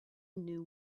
knew